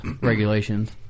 regulations